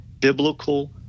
biblical